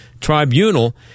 Tribunal